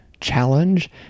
challenge